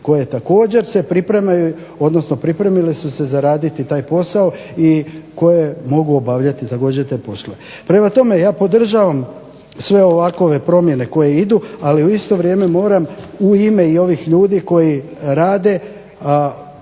odnosno pripremile su se za raditi taj posao i koje mogu obavljati također te poslove. Prema tome, ja podržavam sve ovakove promjene koje idu, ali u isto vrijeme moram i u ime i ovih ljudi koji rade